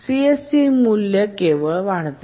CSC मूल्य केवळ वाढते